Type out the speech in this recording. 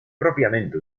propiamente